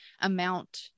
amount